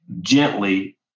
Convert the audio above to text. gently